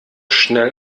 schnell